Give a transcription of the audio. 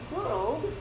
World